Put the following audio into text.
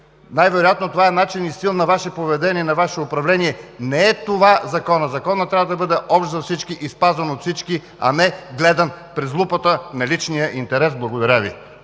най-вероятно това е начин и стил на Ваше поведение, на Ваше управление. Не е това законът! Законът трябва да бъде общ за всички и спазван от всички, а не гледан през лупата на личния интерес. Благодаря Ви.